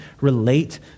relate